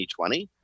2020